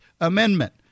amendment